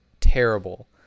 terrible